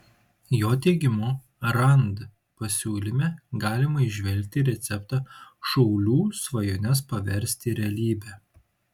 jo teigimu rand pasiūlyme galima įžvelgti receptą šaulių svajones paversti realybe